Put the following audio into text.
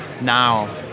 now